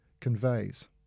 conveys